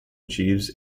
achieves